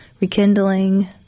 Rekindling